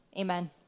Amen